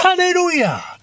Hallelujah